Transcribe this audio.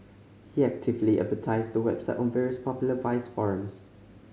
he actively advertised the website on various popular vice forums